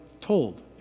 told